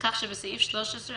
התש"ף-2020,